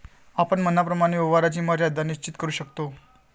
आपण मनाप्रमाणे व्यवहाराची मर्यादा निश्चित करू शकतो